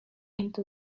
into